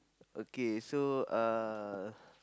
okay so uh